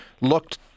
looked